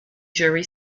jury